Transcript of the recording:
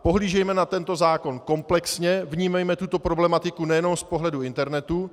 Pohlížejme na tento zákon komplexně, vnímejme tuto problematiku nejenom z pohledu internetu.